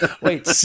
Wait